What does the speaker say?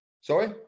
Sorry